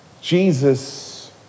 Jesus